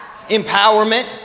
empowerment